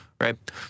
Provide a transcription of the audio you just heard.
right